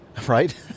right